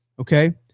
Okay